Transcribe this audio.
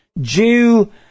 Jew